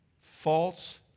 False